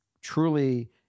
truly